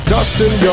Dustin